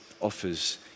offers